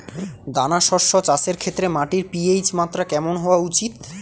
দানা শস্য চাষের ক্ষেত্রে মাটির পি.এইচ মাত্রা কেমন হওয়া উচিৎ?